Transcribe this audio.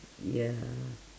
ya